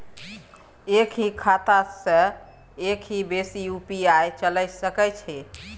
एक ही खाता सं एक से बेसी यु.पी.आई चलय सके छि?